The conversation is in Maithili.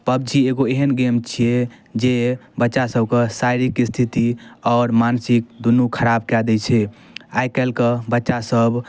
पब्जी एगो एहन गेम छिए जे बच्चासभके शारीरिक स्थिति आओर मानसिक दुनू खराब कऽ दै छै आइकाल्हिके बच्चासभ